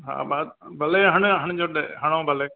हा भल भले हणिजो हणिजो हणो भले